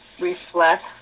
reflect